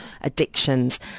addictions